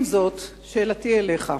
עם זאת, שאלתי אליך: